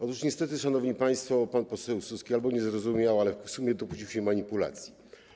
Otóż niestety, szanowni państwo, pan poseł Suski albo nie zrozumiał, albo w sumie dopuścił się manipulacji.